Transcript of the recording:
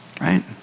Right